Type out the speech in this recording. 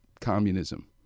communism